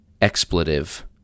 expletive